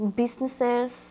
businesses